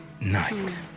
night